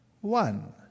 one